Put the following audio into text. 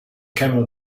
camel